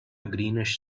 greenish